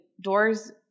doors